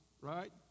Right